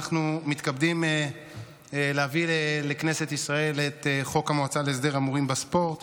אנחנו מתכבדים להביא לכנסת ישראל את חוק המועצה להסדר ההימורים בספורט,